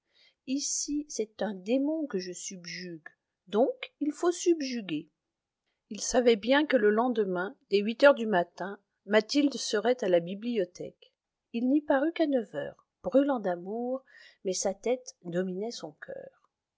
ici c'est un démon que je subjugue donc il faut subjuguer il savait bien que le lendemain dès huit heures du matin mathilde serait à la bibliothèque il n'y parut qu'à neuf heures brûlant d'amour mais sa tête dominait son coeur